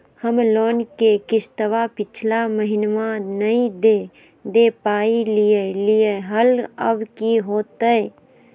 हम लोन के किस्तवा पिछला महिनवा नई दे दे पई लिए लिए हल, अब की होतई?